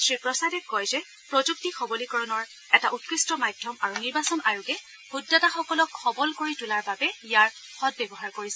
শ্ৰীপ্ৰসাদে কয় যে প্ৰযুক্তি সবলীকৰণৰ এটা উৎকৃষ্ট মাধ্যম আৰু নিৰ্বাচন আয়োগে ভোটদাতাসকলক সবল কৰি তোলাৰ বাবে ইয়াৰ সদ্যৱহাৰ কৰিছে